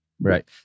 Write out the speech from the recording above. Right